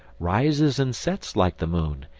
rises and sets like the moon,